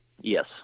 Yes